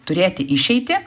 turėti išeitį